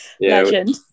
Legend